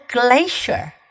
glacier